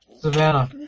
Savannah